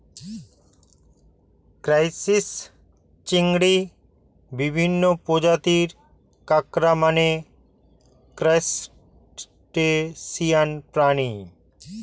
crisis, চিংড়ি, বিভিন্ন প্রজাতির কাঁকড়া মানে ক্রাসটেসিয়ান প্রাণী